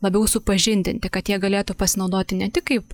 labiau supažindinti kad jie galėtų pasinaudoti ne tik kaip